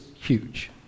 huge